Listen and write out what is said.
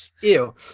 ew